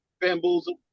Bamboozle